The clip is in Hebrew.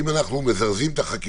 אם אנחנו מזרזים את החקיקה,